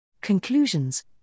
Conclusions